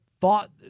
thought